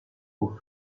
aux